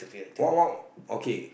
what what okay